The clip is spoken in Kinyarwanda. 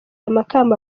amakamba